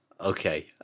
Okay